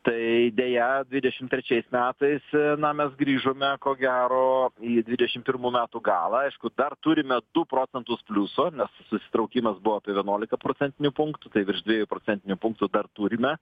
tai deja dvidešim trečiais metais na mes grįžome ko gero į dvidešim pirmų metų galą aišku dar turime du procentus pliuso nes susitraukimas buvo apie vienuolika procentinių punktų tai virš dviejų procentinių punktų dar turime